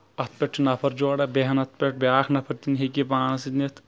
اَتھ پٮ۪ٹھ چھِ نفرجورا بیہوان اَتھ پٮ۪ٹھ بیاکھ نفر تہِ ہٮ۪کہِ یہِ پانَس سۭتۍ نِتھ